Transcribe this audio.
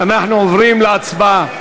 בהתאם להסכמת המציעה,